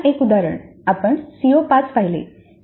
पुन्हा एक उदाहरणः आपण सीओ 5 पाहिले